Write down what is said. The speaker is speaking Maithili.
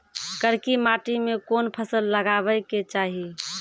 करकी माटी मे कोन फ़सल लगाबै के चाही?